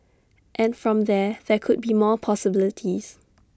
and from there there could be more possibilities